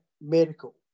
medical